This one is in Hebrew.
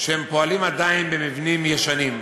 שפועלים עדיין במבנים ישנים,